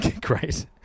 Great